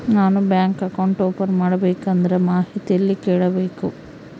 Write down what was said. ನಾನು bank account open ಮಾಡಬೇಕಂದ್ರ ಮಾಹಿತಿ ಎಲ್ಲಿ ಕೇಳಬೇಕು?